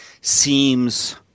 seems